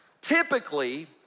typically